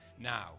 now